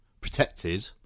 protected